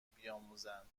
بیاموزند